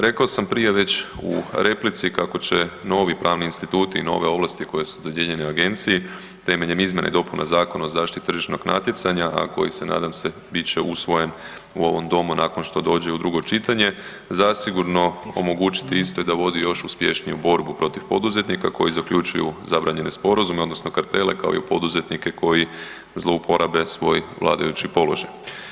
Rekao sam prije već u replici, kako će novi pravni instituti i nove ovlasti koje su dodijeljene Agenciji temeljem izmjena i dopuna Zakona o zaštiti tržišnog natjecanja, a koji se, nadam se, bit će usvojen u ovom Domu nakon što dođe u drugo čitanje, zasigurno omogućiti istoj da vodi još uspješniju borbu protiv poduzetnika koji zaključuje zabranjene sporazume, odnosno kartele, kao i poduzetnike koji zlouprabe svoj vladajući položaj.